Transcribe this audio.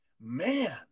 man